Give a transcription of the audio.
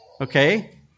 Okay